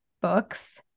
books